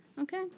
Okay